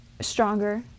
stronger